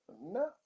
No